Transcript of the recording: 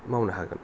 मावनो हागोन